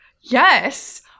Yes